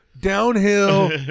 downhill